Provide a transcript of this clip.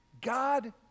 God